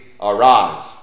Arise